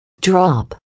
drop